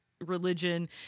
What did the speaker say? religion